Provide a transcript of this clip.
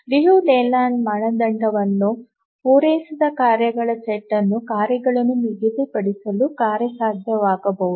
Liu ಲೇಲ್ಯಾಂಡ್ ಮಾನದಂಡವನ್ನು ಪೂರೈಸದ ಕಾರ್ಯಗಳ ಸೆಟ್ ಇನ್ನೂ ಕಾರ್ಯಗಳನ್ನು ನಿಗದಿಪಡಿಸಲು ಕಾರ್ಯಸಾಧ್ಯವಾಗಬಹುದು